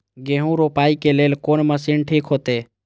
गेहूं रोपाई के लेल कोन मशीन ठीक होते?